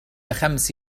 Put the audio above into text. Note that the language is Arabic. خمس